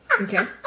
Okay